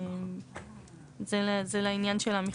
זה לעניין של המכסות.